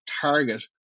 target